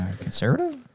Conservative